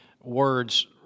words